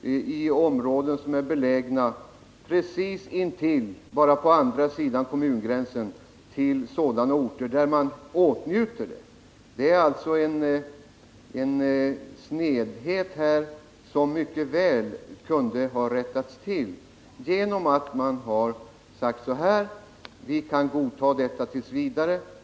Det gäller områden som är belägna precis på andra sidan gränsen för de kommuner som kommer i åtnjutande av stödet. Det är alltså en snedhet i förslaget som mycket väl kunde ha rättats till genom att utskottsmajoriteten sagt så här: Vi kan godta detta t. v.,